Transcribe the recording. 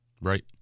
Right